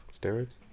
Steroids